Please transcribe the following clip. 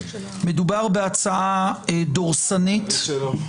מדובר בהצעה דורסנית --- כל אחד והנביא שלו.